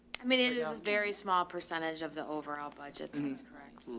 i mean it, it was very small percentage of the overall budget and he's correct.